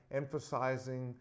emphasizing